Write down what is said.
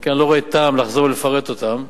לכן אני לא רואה טעם לחזור ולפרט אותם.